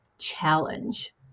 challenge